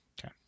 Okay